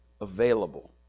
available